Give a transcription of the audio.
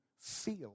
feel